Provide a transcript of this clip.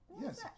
Yes